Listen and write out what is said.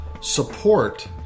support